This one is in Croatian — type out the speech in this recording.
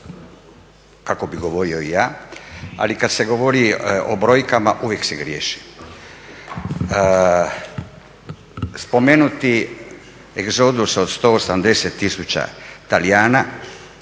kako bi govorio i ja, ali kada se govori o brojkama uvijek se griješi. Spomenuti egzodus od 180 tisuća Talijana